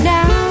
Now